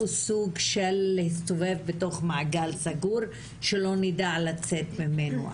סוג של להסתובב בתוך מעגל סגור שלא נדע לצאת ממנו.